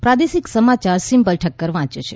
પ્રાદેશિક સમાચાર સિમ્પલ ઠક્કર વાંચે છે